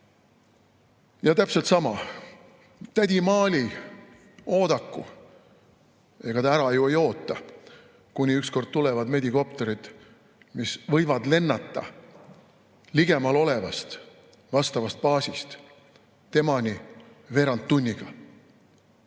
Ja täpselt sama: tädi Maali oodaku. Ega ta ära ju ei oota, kuni ükskord tulevad medikopterid, mis võivad lennata ligemal olevast vastavast baasist temani veerand tunniga.